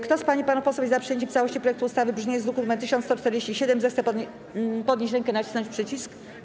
Kto z pań i panów posłów jest za przyjęciem w całości projektu ustawy w brzmieniu z druku nr 1147, zechce podnieść rękę i nacisnąć przycisk.